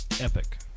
epic